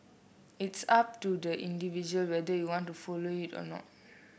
it's up to the individual whether you want to follow it or not